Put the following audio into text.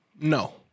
no